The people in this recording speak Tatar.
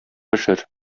пешер